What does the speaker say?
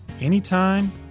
Anytime